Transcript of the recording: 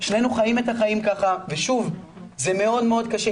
שנינו חיים את החיים ככה, ושוב, זה מאוד קשה.